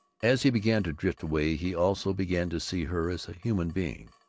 as he began to drift away he also began to see her as a human being,